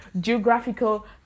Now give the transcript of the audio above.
geographical